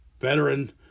veteran